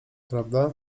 prawda